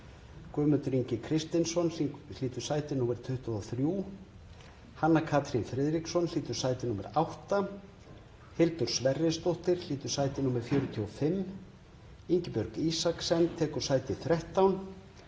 Guðmundur Ingi Kristinsson hlýtur sæti 23, Hanna Katrín Friðriksson hlýtur sæti 8, Hildur Sverrisdóttir hlýtur sæti 45, Ingibjörg Isaksen hlýtur sæti 13,